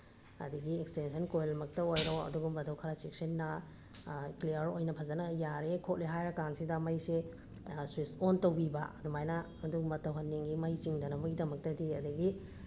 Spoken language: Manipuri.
ꯑꯗꯒꯤ ꯑꯦꯛꯁꯇꯦꯟꯁꯟ ꯀꯣꯔꯠꯃꯛꯇ ꯑꯣꯏꯔꯣ ꯑꯗꯨꯒꯨꯝꯕꯗꯣ ꯈꯔ ꯆꯦꯛꯁꯤꯟꯅ ꯀ꯭ꯂꯤꯌꯥꯔ ꯑꯣꯏꯅ ꯐꯖꯅ ꯌꯥꯔꯦ ꯈꯣꯠꯂꯦ ꯍꯥꯏꯔꯀꯥꯟꯁꯤꯗ ꯃꯩꯁꯦ ꯁ꯭ꯋꯤꯁ ꯑꯣꯟ ꯇꯧꯕꯤꯕ ꯑꯗꯨꯃꯥꯏꯅ ꯑꯗꯨ ꯑꯃ ꯇꯧꯍꯟꯅꯤꯡꯉꯤ ꯃꯩ ꯆꯤꯡꯗꯅꯕꯒꯤꯗꯃꯛꯇꯗꯤ ꯑꯗꯒꯤ